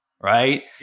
right